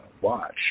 watch